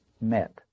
met